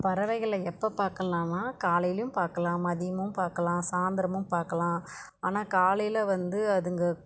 பறவைகளை எப்போ பார்க்கலான்னா காலைலேயும் பார்க்கலாம் மதியமும் பார்க்கலாம் சாயந்தரமும் பார்க்கலாம் ஆனால் காலையில் வந்து அதுங்க